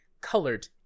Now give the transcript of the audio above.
colored